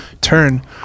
turn